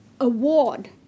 award